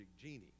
genie